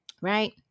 right